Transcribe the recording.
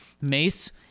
Mace